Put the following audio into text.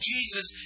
Jesus